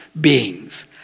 beings